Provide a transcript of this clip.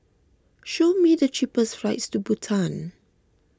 show me the cheapest flights to Bhutan